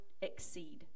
exceed